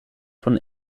von